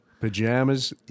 pajamas